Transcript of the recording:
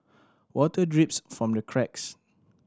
water drips from the cracks